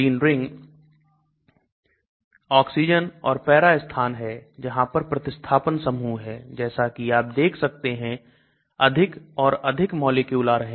Benzene ring oxygen और para स्थान है जहां पर प्रतिस्थापन समूह है जैसा कि आप देख सकते हैं अधिक और अधिक मॉलिक्यूल आ रहे हैं